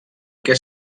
que